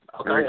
Okay